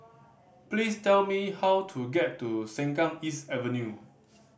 please tell me how to get to Sengkang East Avenue